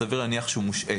סביר להניח שהוא מושעה.